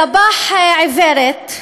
סבאח עיוורת,